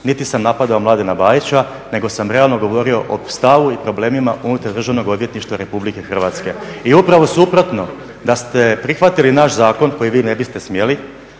niti sam napadao Mladena Bajića nego sam realno govorio o stavu i problemima unutar Državnog odvjetništva Republike Hrvatske. …/Upadica se ne čuje./… I upravo suprotno, da ste prihvatili naš zakon koji vi ne biste smjeli,